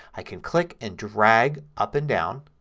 i can click and drag up and down.